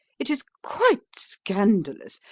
it is quite scandalous,